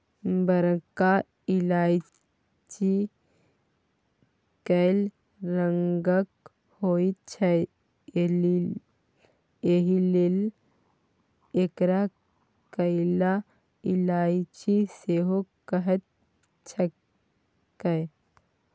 बरका इलायची कैल रंगक होइत छै एहिलेल एकरा कैला इलायची सेहो कहैत छैक